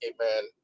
Amen